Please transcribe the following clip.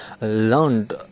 learned